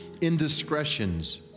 indiscretions